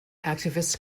activists